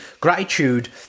Gratitude